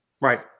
Right